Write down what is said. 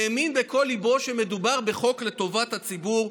האמין בכל ליבו שמדובר בחוק לטובת הציבור.